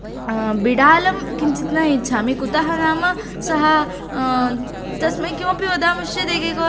बिडालं किञ्चित् न इच्छामि कुतः नाम सः तस्मै किमपि वदामश्चेत् एकैक वारं